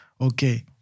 okay